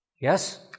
Yes